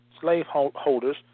slaveholders